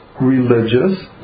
religious